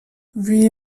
wie